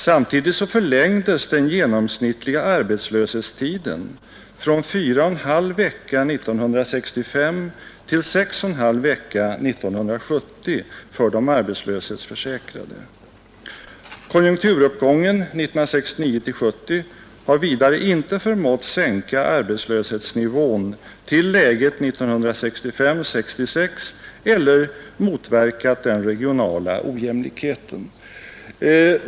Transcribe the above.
Samtidigt förlängdes den genomsnittliga arbetslöshetstiden för de arbetslöshetsförsäkrade från 4,5 veckor 1965 till 6,5 veckor 1970. Vidare har konjunkturuppgången 1969-1970 inte förmått sänka arbetslöshetsnivån till det läge vi hade 1965—1966 eller motverka den regionala ojämlikheten.